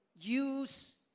use